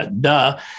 duh